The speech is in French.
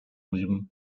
environ